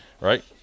right